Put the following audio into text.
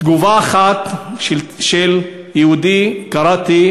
תגובה אחת של יהודי קראתי,